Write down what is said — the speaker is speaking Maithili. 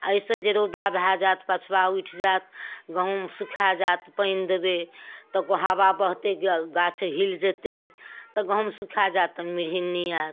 एहिसँ जे रौदा भऽ जायत पछबा उठि जायत गहूॅंम सुखा जायत पानि देबै तऽ हावा बहतै गऽ गाछ हिल जेतै तऽ गहूॅंम सुखा जायत तऽ मिरहिन्नी आयत